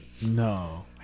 No